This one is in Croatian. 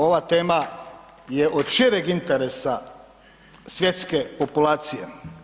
Ova tema je od šireg interesa svjetske populacije.